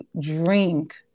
drink